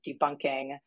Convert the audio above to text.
debunking